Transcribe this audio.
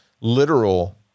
literal